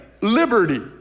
liberty